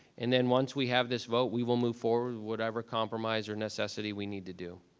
and then once we have this vote, we will move forward, whatever compromise or necessity we need to do.